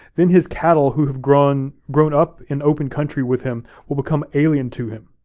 then his cattle who had grown grown up in open country with him will become alien to him.